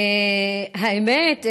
האמת,